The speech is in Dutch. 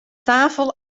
tafel